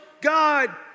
God